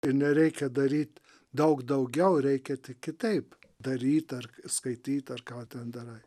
ir nereikia daryt daug daugiau reikia kitaip daryt ar skaityt ar ką ten darai